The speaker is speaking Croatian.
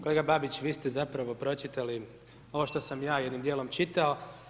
Kolega Babić, vi ste zapravo pročitali ono što sam ja jednim dijelom čitao.